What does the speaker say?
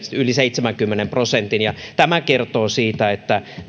yli seitsemänkymmenen prosentin tämä kertoo siitä että